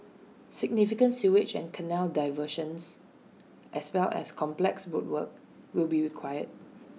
significant sewage and canal diversions as well as complex road work will be required